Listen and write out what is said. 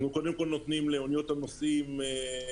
אנחנו קודם כול נותנים לאוניות הנוסעים להיכנס